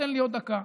תן לי עוד דקה.